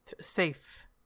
safe